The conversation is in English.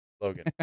Logan